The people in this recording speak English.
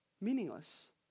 Meaningless